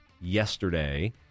yesterday